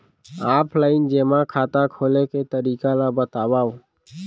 Offline जेमा खाता खोले के तरीका ल बतावव?